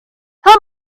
how